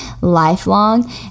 lifelong